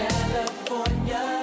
California